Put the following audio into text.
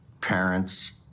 parents